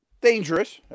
dangerous